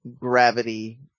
Gravity